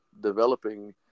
developing